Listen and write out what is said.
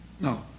No